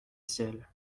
ciel